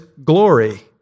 glory